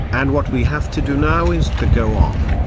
and what we have to do now is to go on.